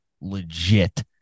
legit